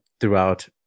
throughout